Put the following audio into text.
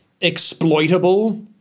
exploitable